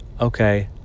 okay